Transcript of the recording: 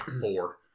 four